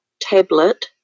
tablet